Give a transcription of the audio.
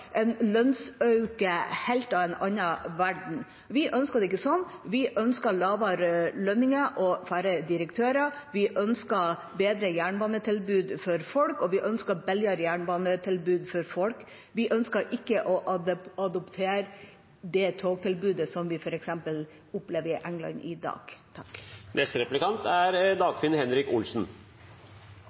en lønnsøkning helt av en annen verden. Vi ønsker det ikke sånn. Vi ønsker lavere lønninger og færre direktører, vi ønsker bedre jernbanetilbud for folk, og vi ønsker billigere jernbanetilbud for folk. Vi ønsker ikke å adoptere det togtilbudet som vi f.eks. opplever i England i dag.